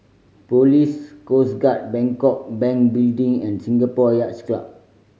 Police Coast Guard Bangkok Bank Building and Singapore Yacht Club